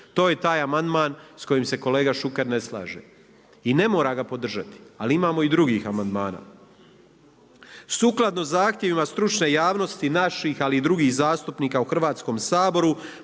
To je taj amandman s kojim se kolega Šuker ne slaže. I ne mora ga podržati, ali imamo i drugih amandmana. Sukladno zahtjevima stručne javnosti, naših ali i drugih zastupnika u Hrvatskom saboru